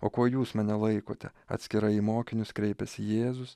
o kuo jūs mane laikote atskirai į mokinius kreipiasi jėzus